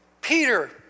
Peter